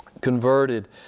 converted